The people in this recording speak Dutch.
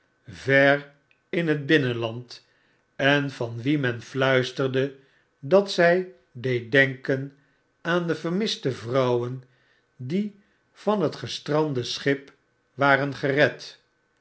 ver in het binnenland en van wie men fluisterde dat zij deed denken aan de vermiste vrouwen die van het gestrande schip waren gered